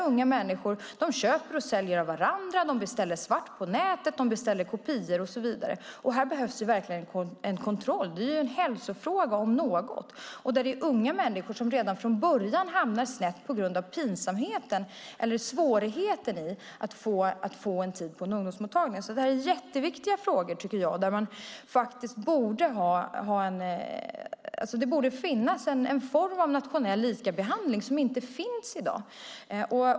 Unga människor köper och säljer av varandra, de beställer svart på nätet, de beställer kopior och så vidare. Här behövs det verkligen kontroll. Detta om något är ju en hälsofråga, där unga människor redan från början hamnar snett på grund av pinsamheten eller svårigheten att få en tid på en ungdomsmottagning. Det är jätteviktiga frågor där det borde finnas en form av nationell likabehandling som inte finns i dag.